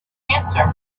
answer